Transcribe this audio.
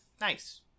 Nice